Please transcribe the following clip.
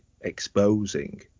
exposing